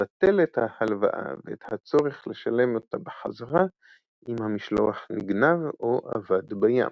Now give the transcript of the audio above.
לבטל את ההלוואה ואת הצורך לשלם אותה בחזרה אם המשלוח נגנב או אבד בים.